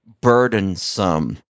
burdensome